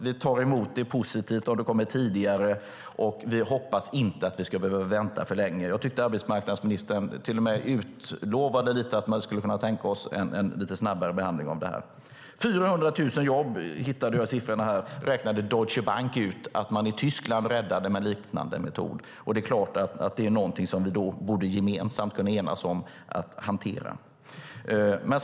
Vi tar emot det positivt om det kommer tidigare, och vi hoppas att vi inte ska behöva vänta för länge. Jag tyckte att arbetsmarknadsministern till och med ställde i utsikt att man skulle kunna tänka sig en lite snabbare behandling av detta. Deutsche Bank räknade ut att man i Tyskland räddade 400 000 jobb med liknande metod. Det är klart att vi då gemensamt borde kunna enas om att hantera detta.